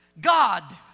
God